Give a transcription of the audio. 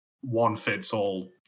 one-fits-all